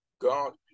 God